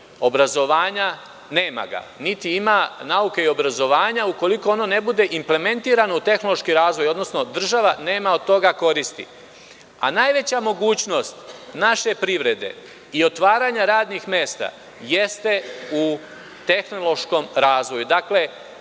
obrazovanja nema, niti ima nauke i obrazovanja ukoliko ono ne bude implementirano u tehnološki razvoj, odnosno država nema od toga koristi. Najveća mogućnost naše privrede i otvaranja radnih mesta jeste u tehnološkom razvoju,